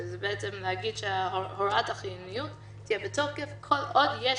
שזה בעצם להגיד שהוראת החיוניות תהיה בתוקף כל עוד יש